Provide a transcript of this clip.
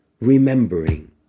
remembering